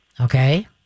Okay